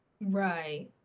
Right